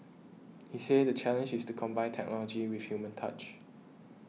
he said the challenge is to combine technology with human touch